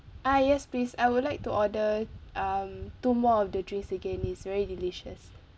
uh yes please I would like to order um two more of the drinks again it's very delicious